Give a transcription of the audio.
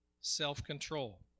self-control